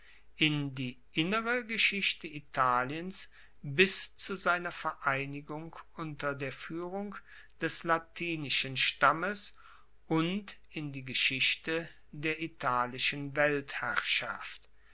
in die innere geschichte italiens bis zu seiner vereinigung unter der fuehrung des latinischen stammes und in die geschichte der italischen weltherrschaft